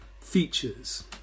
features